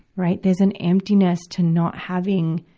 right. there's an emptiness to not having,